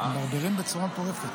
הם מברברים בצורה מטורפת.